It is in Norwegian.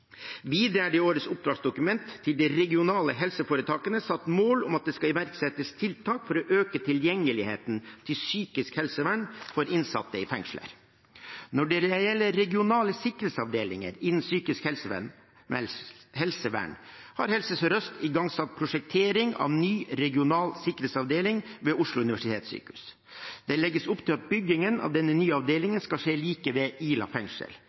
Videre er det i årets oppdragsdokument til de regionale helseforetakene satt mål om at det skal iverksettes tiltak for å øke tilgjengeligheten til psykisk helsevern for innsatte i fengsler. Når det gjelder regionale sikkerhetsavdelinger innen psykisk helsevern, har Helse Sør-Øst igangsatt prosjektering av en ny regional sikkerhetsavdeling ved Oslo universitetssykehus. Det legges opp til at byggingen av denne nye avdelingen skal skje like ved Ila fengsel.